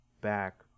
back